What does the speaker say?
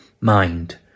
mind